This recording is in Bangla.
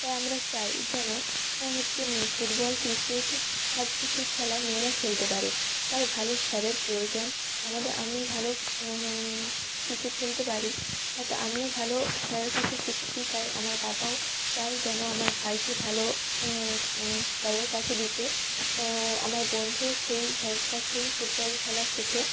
তার আমরা চাই যেন হচ্ছে ফুটবল ক্রিকেট সব কিছুই খেলা মেয়েরা খেলতে পারে তাই ভালো স্যারের প্রয়োজন আমাদের আমি ভালো ক্রিকেট খেলতে পারি তা আমিও ভালো স্যারের কাছে শিখছি তাই আমার বাবাও চায় যেন আমার ভাইকে ভালো স্যারের কাছে দিতে আমার বন্ধুও সেই স্যারের কাছেই ফুটবল খেলা শেখে